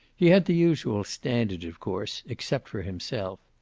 he had the usual standards, of course, except for himself.